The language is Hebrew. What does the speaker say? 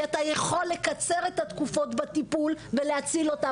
כי אתה יכול לקצר את התקופות בטיפול ולהציל אותן,